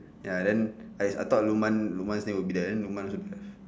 ya then I I thought lukman lukman's name will be there then lukman should be there